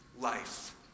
life